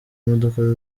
modoka